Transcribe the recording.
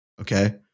Okay